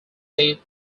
seat